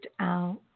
out